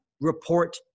report